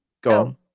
go